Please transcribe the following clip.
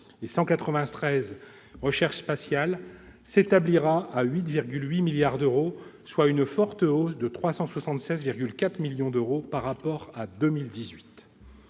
et 193, « Recherche spatiale », s'établira à 8,8 milliards d'euros, soit une forte hausse de 376,4 millions d'euros par rapport à 2018.